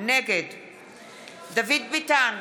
נגד דוד ביטן,